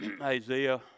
Isaiah